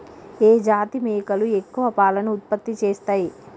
ఏ జాతి మేకలు ఎక్కువ పాలను ఉత్పత్తి చేస్తయ్?